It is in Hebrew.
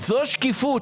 זו שקיפות.